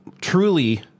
truly